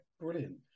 brilliant